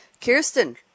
Kirsten